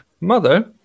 mother